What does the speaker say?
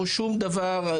או שום דבר,